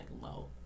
low